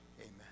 Amen